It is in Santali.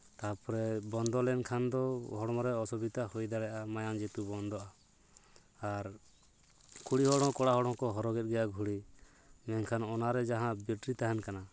ᱛᱟᱨᱯᱚᱨᱮ ᱵᱚᱱᱫᱚ ᱞᱮᱱᱠᱷᱟᱱ ᱫᱚ ᱦᱚᱲᱢᱚ ᱨᱮ ᱚᱥᱩᱤᱫᱷᱟ ᱦᱩᱭ ᱫᱟᱲᱮᱭᱟᱜᱼᱟ ᱢᱟᱭᱟᱢ ᱡᱩᱫᱤ ᱵᱚᱱᱫᱚᱜᱼᱟ ᱟᱨ ᱠᱩᱲᱤ ᱦᱚᱲ ᱦᱚᱸ ᱠᱚᱲᱟ ᱦᱚᱲ ᱦᱚᱸᱠᱚ ᱦᱚᱨᱚᱦ ᱮᱫ ᱜᱮᱭᱟ ᱜᱷᱩᱲᱤ ᱢᱮᱱᱠᱷᱟᱱ ᱚᱱᱟᱨᱮ ᱡᱟᱦᱟᱸ ᱵᱮᱴᱨᱤ ᱛᱟᱦᱮᱱ ᱠᱟᱱᱟ